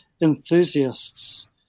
enthusiasts